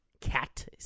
cat